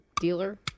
Dealer